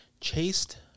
chased